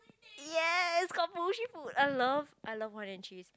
yes I love I love wine and cheese